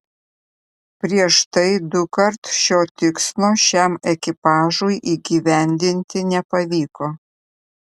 prieš tai dukart šio tikslo šiam ekipažui įgyvendinti nepavyko